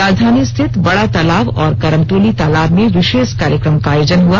राजधानी स्थित बड़ा तालाब और करमटोली तालाब में विशेष कार्यक्रम का आयोजन हुआ